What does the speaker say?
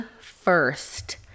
first